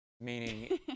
meaning